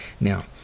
Now